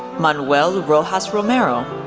manuel rojas-romero,